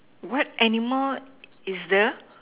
what animal is the